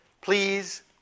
please